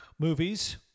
Movies